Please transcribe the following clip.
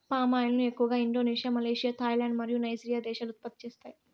palm oil ను ఎక్కువగా Indonesia, Malaysia, Thailand మరియు నైజీరియా దేశాలు ఉత్పత్తి చేస్తాయి